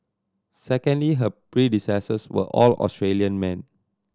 secondly her predecessors were all Australian men